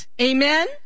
Amen